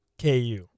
KU